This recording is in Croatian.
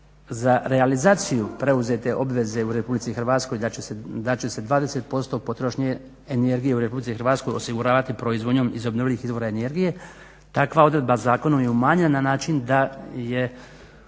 za realizaciju preuzete obveze u RH da će se 20% potrošnje energije u RH osiguravati proizvodnjom iz obnovljivih izvora energije. Takva odredba zakonom je umanjenja na način da je